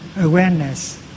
awareness